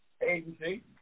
agency